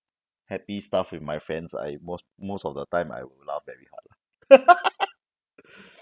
happy stuff with my friends I most most of the time I would laugh very hard lah